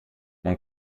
man